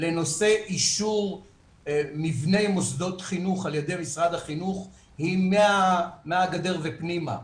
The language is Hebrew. לנושא אישור מבני מוסדות חינוך על ידי משרד החינוך היא מהגדר ופנימה.